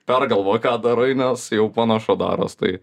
pergalvok ką darai nes jau panašu daros tai